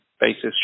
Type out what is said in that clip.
basis